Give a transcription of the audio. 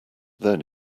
then